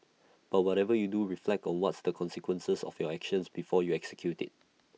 but whatever you do reflect on what's the consequences of your action before you execute IT